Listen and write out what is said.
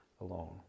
alone